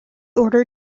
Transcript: order